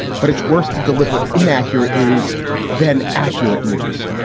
but it's worse to deliver inaccurate news than accurate news.